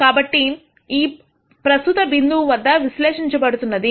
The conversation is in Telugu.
కాబట్టి ఆ ప్రస్తుత బిందువు వద్ద విశ్లేషించబడుతున్నది